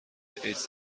ایدز